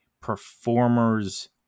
performer's